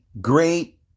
great